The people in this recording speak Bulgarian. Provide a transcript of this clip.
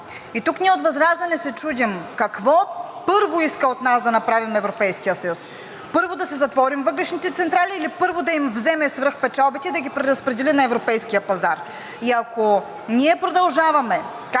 И тук ние от ВЪЗРАЖДАНЕ се чудим какво, първо, иска от нас да направим Европейският съюз?! Първо да си затворим въглищните централи или първо да им вземе свръхпечалбите и да ги преразпредели на европейския пазар? И ако ние продължаваме,